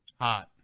Hot